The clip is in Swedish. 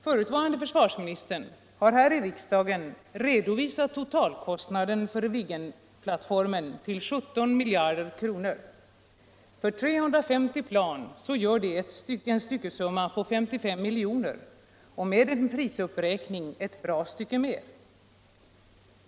Förutvarande försvarsministern har här i riksdagen redovisat totalkostnaden för Viggenplautformen till 17 miljarder kronor. Med 350 plan gör det ett styckepris på 55 miljoner, och med en prisuppräkning ett bra stycke mer.